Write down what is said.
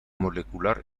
molecular